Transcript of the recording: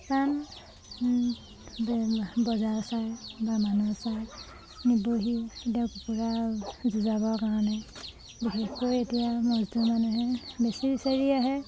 কাৰণ বজাৰ চাই বা মানুহ চাই নিবহি এতিয়া কুকুৰা যুঁজাবৰ কাৰণে বিশেষকৈ এতিয়া মজদুৰ মানুহে বেছি বিচাৰি আহে